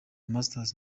masters